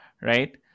right